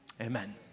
Amen